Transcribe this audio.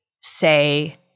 say